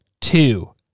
two